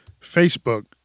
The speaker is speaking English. Facebook